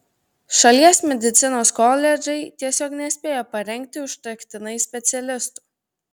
šalies medicinos koledžai tiesiog nespėja parengti užtektinai specialistų